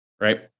right